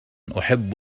أحب